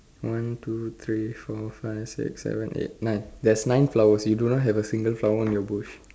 one two three four five six seven eight nine there's nine flowers you do not have a single flower in the bush